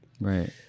Right